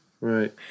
right